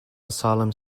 asylum